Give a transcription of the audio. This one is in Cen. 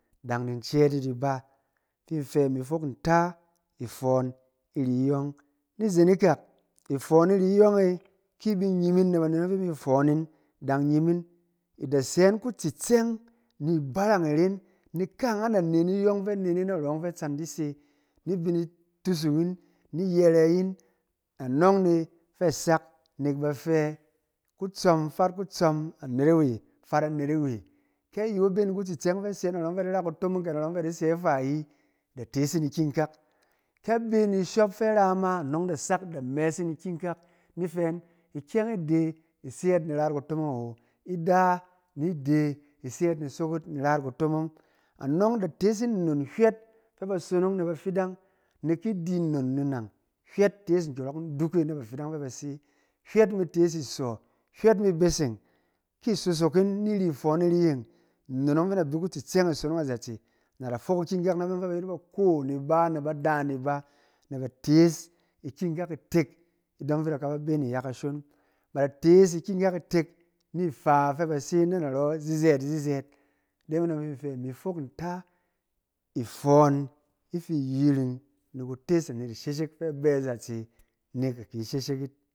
Dan ni in cɛɛt yit ni ba, kin in fɛ imi fok nta ifɔn iri yɔng. Ni zen ikak ifɔn iri yɔng e, ki bi nyim yit na banet fi i mi fɔn yit dan nyim yin, i da sɛ yin kutsitsɛng ni barang iren, nɛk kaangnan da ne ni iyɔng narɔ yɔng fɛ a tsan di se, ni bi ni tusung yin, ni yɛrɛ yin, anɔng e fɛ sak nɛk bafɛ kutsɔm fet kutsɔm, anet-awe fet anet-awe. Ke ayɔng bɛ ni kutsitsɛng fɛ a sɛ narɔ yɔng fɛ a di ra kutomong, kɛ narɔ yɔng fɛ a di sɛ ifa ayi, da tees yin ikikak. Ke bɛ ni ishop fɛ a ra ma anɔng da sak imɛɛs yin ikikak, ni fɛ yin ikyɛng ide i se yɛɛt ni ra yit kutomong awo, ida ni ide i se yɛɛt ni in sok yit in ra yit kutomong. Anɔng da tees yin nnon hywɛt fɛ ba sonong na bafidan, nɛk ki di nnon nnu nang hywɛt ba tees nkyɔrɔk nduk e na bafidan fɛ ba se, hywɛt ba tees isɔ, hywɛt mi beseng, ki i sosok yin iri ifɔn iyeng, nnon yɔng fɛ na bi kutsitsɛng isonong azatse, na da fok ikyɛng kak na bayɔng fɛ ba yet baro ni ba, na bada ni ba, na ba tees ikyɛng kak itak idɔng fɛ da ka ba bɛ ni ya kashon. Ba da tees ikyɛng kak itak ni fa fɛ ba se na narɔ zizɛɛt zizɛɛt. Ide me dɔng fin in fɛ imi fok nta ifɔn ifi kuyiring ni kutes anet isheshek fɛ bɛ azatse nɛk a ki sheshek yit.